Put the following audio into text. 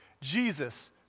Jesus